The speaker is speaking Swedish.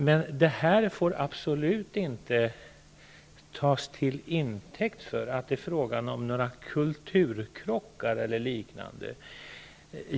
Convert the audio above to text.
Men det får absolut inte tas till intäkt för att det är fråga om några kulturkrockar eller liknande.